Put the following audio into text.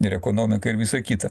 ir ekonomiką ir visa kita